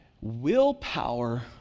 Willpower